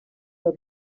nur